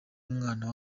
umwana